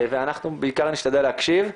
ואנחנו בעיקר נשתדל להקשיב.